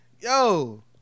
Yo